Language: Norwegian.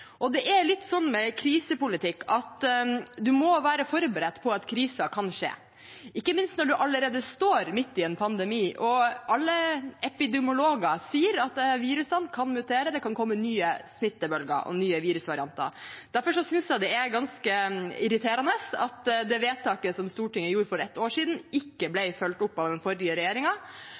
Det er litt sånn med krisepolitikk at man må være forberedt på at kriser kan skje, ikke minst når man allerede står midt i en pandemi og alle epidemiologer sier at virusene kan mutere, det kan komme nye smittebølger og nye virusvarianter. Derfor synes jeg det er ganske irriterende at det vedtaket som Stortinget gjorde for et år siden, ikke ble fulgt opp av den forrige